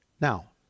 Now